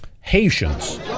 haitians